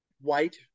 white